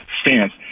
stance